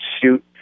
shoot